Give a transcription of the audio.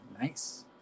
nice